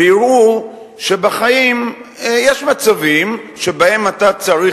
ויראו שבחיים יש מצבים שבהם אתה צריך,